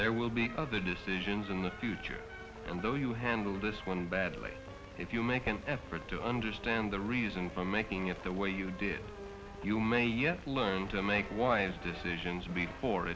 there will be other decisions in the future and though you handle this one badly if you make an effort to understand the reason for making it the way you did you may yet learn to make wise decisions before